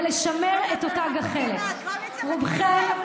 אתה מפחד ממנה?